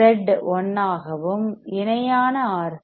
C RC Z 1 ஆகவும் இணையான R